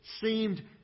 seemed